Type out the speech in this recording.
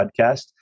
Podcast